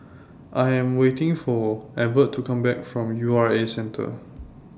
I Am waiting For Evert to Come Back from U R A Centre